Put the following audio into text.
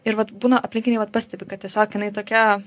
ir vat būna aplinkiniai vat pastebi kad tiesiog jinai tokia